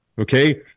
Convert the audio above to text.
okay